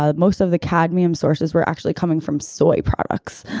ah most of the cadmium sources were actually coming from soy products.